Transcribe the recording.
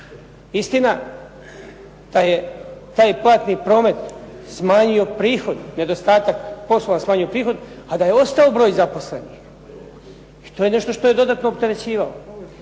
Istina taj Platni promet je smanjio prihod, nedostatak poslova je smanjio prihod, a da je ostao broj zaposlenih i to je nešto što je dodatno opterećivalo.